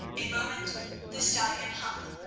a moment the stallion hung,